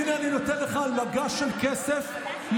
הינה, אני נותן לך על מגש של כסף ממלכתי-חרדי.